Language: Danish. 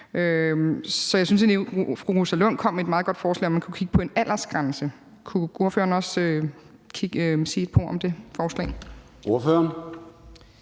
Så jeg synes egentlig, at fru Rosa Lund kom med et meget godt forslag om, at man kunne kigge på en aldersgrænse. Kunne ordføreren også sige et par ord om det forslag?